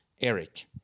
eric